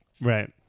Right